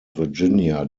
virginia